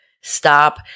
Stop